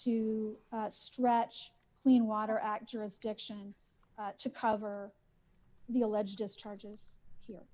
to stretch clean water act jurisdiction to cover the alleged just charges